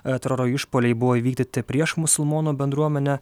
teroro išpuoliai buvo įvykdyti prieš musulmonų bendruomenę